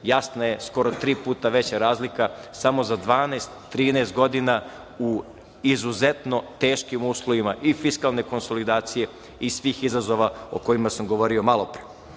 jasna je skoro tri puta veća razlika, samo za 12, 13 godina u izuzetno teškim uslovima i fiskalne konsolidacije i svih izazova o kojima sam govorio malopre. Kada